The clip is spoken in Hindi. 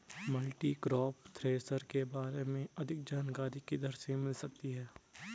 मल्टीक्रॉप थ्रेशर के बारे में अधिक जानकारी किधर से मिल सकती है?